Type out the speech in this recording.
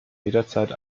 jederzeit